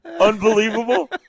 unbelievable